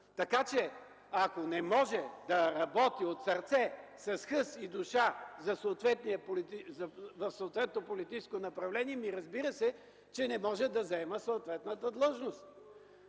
Така че, ако не може да работи от сърце, с хъс и душа в съответното политическо направление, разбира се, че не може да заема съответната длъжност.